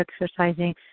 exercising